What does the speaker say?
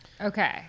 Okay